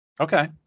Okay